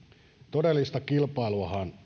todellista kilpailuahan